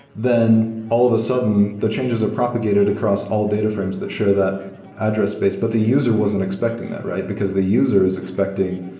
then all of a sudden, the changes are propagated across all data frames that share that address space, but the user wasn't expecting that, right? because the user is expecting